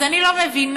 אז אני לא מבינה,